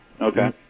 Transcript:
Okay